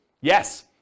Yes